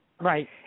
Right